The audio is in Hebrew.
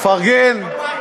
תפרגן.